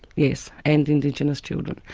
yes, and indigenous children.